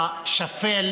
שפלים